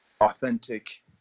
authentic